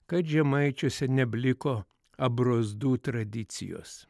kad žemaičiuose nebliko abrozdų tradicijos